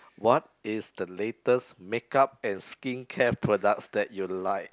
what is the latest makeup and skincare products that you like